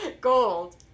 Gold